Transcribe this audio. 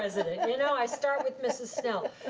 president. and you know, i start with mrs. snell,